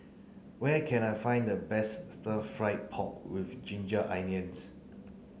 where can I find the best stir fry pork with ginger onions